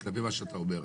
כלפי מה שאתה אומר.